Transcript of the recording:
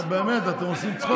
באמת, אתם עושים צחוק?